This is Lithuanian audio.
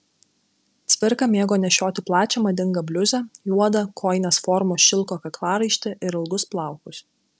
cvirka mėgo nešioti plačią madingą bliuzę juodą kojinės formos šilko kaklaraištį ir ilgus plaukus